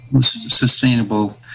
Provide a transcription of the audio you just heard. sustainable